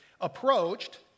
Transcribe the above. approached